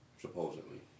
supposedly